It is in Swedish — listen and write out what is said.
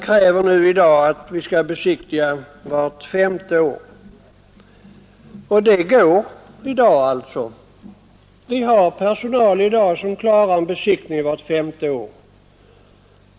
I dag krävs besiktning vart femte år, och det går bra. Vi har personal som klarar en besiktning vart femte år.